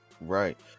Right